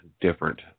different